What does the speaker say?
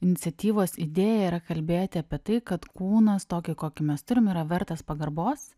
iniciatyvos idėja yra kalbėti apie tai kad kūnas tokį kokį mes turim yra vertas pagarbos